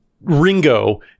Ringo